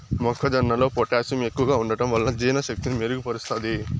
మొక్క జొన్నలో పొటాషియం ఎక్కువగా ఉంటడం వలన జీర్ణ శక్తిని మెరుగు పరుస్తాది